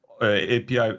api